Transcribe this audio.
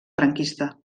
franquista